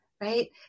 right